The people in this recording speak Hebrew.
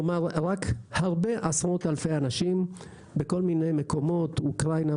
אומר רק הרבה עשרות אלפי אנשים בכל מיני מקומות אוקרינה,